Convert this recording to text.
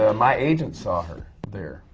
ah my agent saw her there,